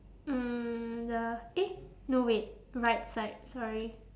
mm the eh no wait right side sorry